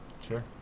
sure